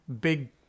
big